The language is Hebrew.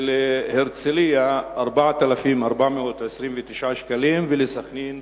להרצלייה, 4,429 שקלים ולסח'נין,